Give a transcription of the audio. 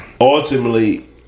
ultimately